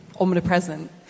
omnipresent